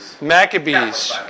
Maccabees